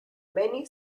many